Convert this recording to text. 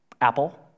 Apple